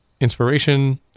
inspiration